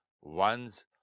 one's